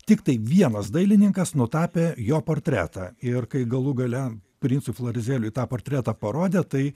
tiktai vienas dailininkas nutapė jo portretą ir kai galų gale princui flarizeliui tą portretą parodė tai